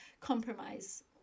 compromise